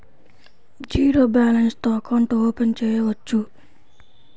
Zero balance తో account open చేయవచ్చు?